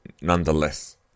nonetheless